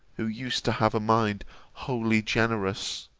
who used to have a mind wholly generous